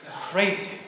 crazy